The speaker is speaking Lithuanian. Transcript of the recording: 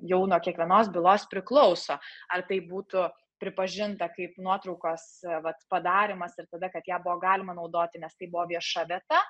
jau nuo kiekvienos bylos priklauso ar tai būtų pripažinta kaip nuotraukos vat padarymas ir tada kad ją buvo galima naudoti nes tai buvo vieša vieta